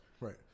right